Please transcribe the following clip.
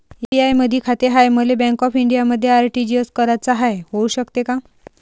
SBI मधी खाते हाय, मले बँक ऑफ इंडियामध्ये आर.टी.जी.एस कराच हाय, होऊ शकते का?